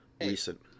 recent